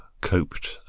COPED